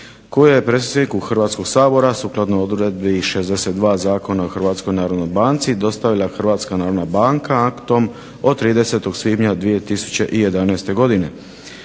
koja je predsjedniku Hrvatskog sabora sukladno odredbi 62. zakona o Hrvatskoj narodnoj banci dostavila Hrvatska narodna banka aktom od 30. svibnja 2011. godine.